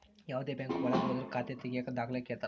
ಯಾವ್ದೇ ಬ್ಯಾಂಕ್ ಒಳಗ ಹೋದ್ರು ಖಾತೆ ತಾಗಿಯಕ ದಾಖಲೆ ಕೇಳ್ತಾರಾ